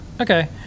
Okay